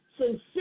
sincere